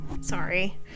Sorry